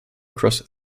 across